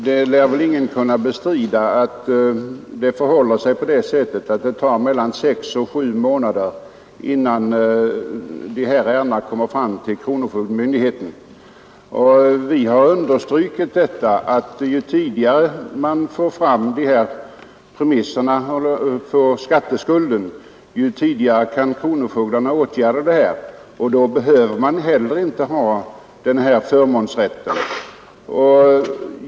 Herr talman! Ingen lär väl kunna bestrida att det förhåller sig på det sättet att det tar mellan sex och sju månader innan dessa ärenden kommer fram till kronofogdemyndigheten. Vi har understrukit att ju tidigare man får fram premisserna för skatteskulden, desto tidigare kan kronofogdarna åtgärda den — och då behöver man inte heller ha den föreslagna förmånsrätten.